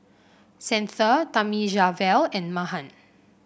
Santha Thamizhavel and Mahan